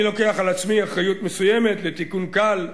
אני לוקח על עצמי אחריות מסוימת לתיקון קל,